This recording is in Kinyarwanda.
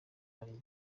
hari